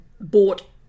bought